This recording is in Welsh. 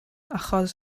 achos